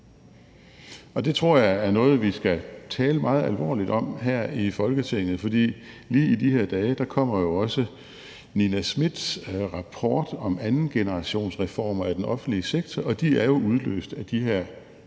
og det tror jeg er noget, vi skal tale meget alvorligt om her i Folketinget, for lige i de her dage kommer jo også Nina Smiths rapport om andengenerationsreformer af den offentlige sektor, og de er jo udløst af de her